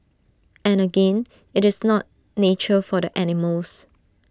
and again IT is not nature for the animals